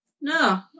No